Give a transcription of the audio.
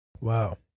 Wow